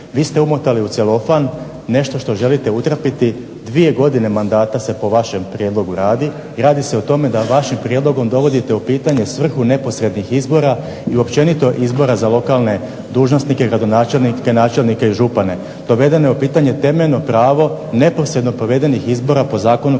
Vi ste umotali u celofan nešto što želite utrapiti, dvije godine mandata se po vašem prijedlogu radi i radi se o tome da vašim prijedlogom dovodite u pitanje svrhu nepotrebnih izbora i općenito izbora za lokalne dužnosnike, gradonačelnika, načelnika i župane dovedeno je u pitanje temeljno pravo neposredno provedenih izbora po zakonu